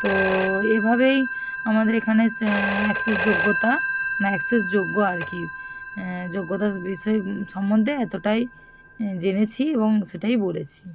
তো এইভাবেই আমাদের এখানে অ্যাক্সেস যোগ্যতা মানে অ্যাক্সেস যোগ্য আর কি যোগ্যতাস বিষয় সম্বন্দে এতোটাই জেনেছি এবং সেটাই বলেছি